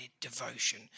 devotion